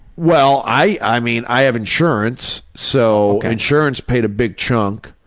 well, i i mean, i have insurance, so insurance paid a big chunk,